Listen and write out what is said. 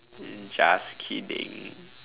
just kidding